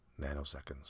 nanoseconds